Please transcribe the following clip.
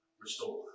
restore